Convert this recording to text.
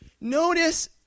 Notice